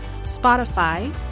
Spotify